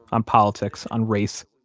on politics, on race.